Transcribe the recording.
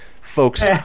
folks